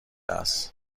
است